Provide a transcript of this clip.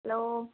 hello